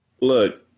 look